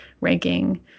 ranking